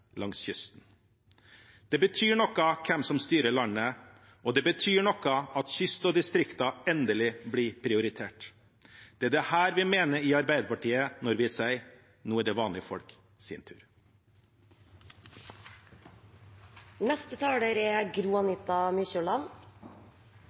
langs kysten. Det betyr noe hvem som styrer landet, og det betyr noe at kyst og distrikter endelig blir prioritert. Det er dette vi mener i Arbeiderpartiet når vi sier: Nå er det vanlige folk sin